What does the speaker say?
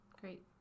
great